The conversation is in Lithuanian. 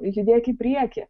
judėk į priekį